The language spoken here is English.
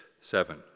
seven